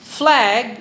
flag